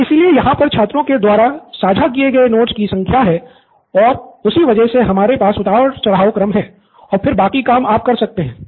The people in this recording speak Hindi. तो इसलिए यहाँ पर छात्रों के द्वारा साझा किए गए नोट्स की संख्या है और उसी वजह से हमारे पास उतार चढ़ाव क्रम हैं और फिर बाकी काम आप कर सकते हैं